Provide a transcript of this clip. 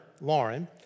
Lauren